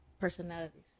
personalities